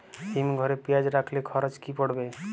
হিম ঘরে পেঁয়াজ রাখলে খরচ কি পড়বে?